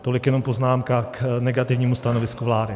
Tolik jenom poznámka k negativnímu stanovisku vlády.